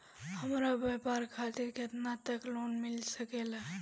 हमरा व्यापार खातिर केतना तक लोन मिल सकेला?